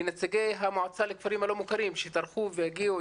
לנציגי המועצה לכפרים הלא מוכרים שטרחו והגיעו,